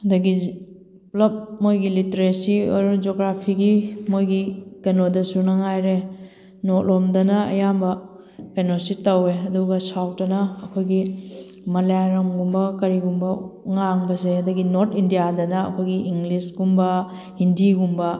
ꯑꯗꯒꯤ ꯄꯨꯂꯞ ꯃꯣꯏꯒꯤ ꯂꯤꯇꯔꯦꯁꯤ ꯑꯣꯏꯔꯣ ꯖꯤꯌꯣꯒ꯭ꯔꯥꯐꯤꯒꯤ ꯃꯣꯏꯒꯤ ꯀꯩꯅꯣꯗꯁꯨ ꯃꯉꯥꯏꯔꯦ ꯅꯣꯔꯠ ꯂꯣꯝꯗꯅ ꯑꯌꯥꯝꯕ ꯀꯩꯅꯣꯁꯦ ꯇꯧꯋꯦ ꯑꯗꯨꯒ ꯁꯥꯎꯠꯇꯅ ꯑꯩꯈꯣꯏꯒꯤ ꯃꯂꯌꯥꯂꯝꯒꯨꯝꯕ ꯀꯔꯤꯒꯨꯝꯕ ꯉꯥꯡꯕꯁꯦ ꯑꯗꯒꯤ ꯅꯣꯔꯠ ꯏꯟꯗꯤꯌꯥꯗꯅ ꯑꯩꯈꯣꯏꯒꯤ ꯏꯪꯂꯤꯁꯀꯨꯝꯕ ꯍꯤꯟꯗꯤꯒꯨꯝꯕ